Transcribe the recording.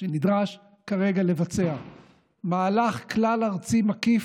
שנדרש כרגע לבצע מהלך כלל-ארצי מקיף,